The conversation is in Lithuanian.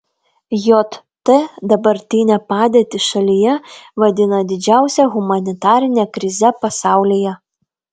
jt dabartinę padėtį šalyje vadina didžiausia humanitarine krize pasaulyje